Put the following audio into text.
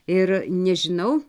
ir nežinau